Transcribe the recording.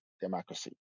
democracy